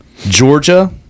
Georgia